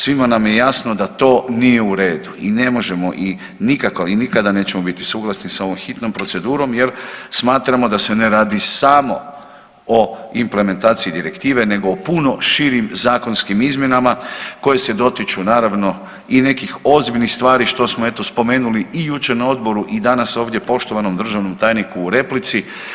Svima nam je jasno da to nije u redu i ne možemo i nikako i nikada nećemo biti suglasni sa ovom hitnom procedurom jer smatramo da se ne radi samo o implementaciji direktive nego o puno širim zakonskim izmjenama koje se dotiču naravno i nekih ozbiljnih stvari što smo eto spomenuli i jučer na odboru i danas ovdje poštovanom državnom tajniku u replici.